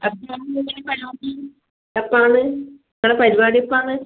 അതിന് മുമ്പേ വരാമെങ്കിൽ എപ്പോഴാണ് നിങ്ങള പരിപാടി എപ്പോഴാണ്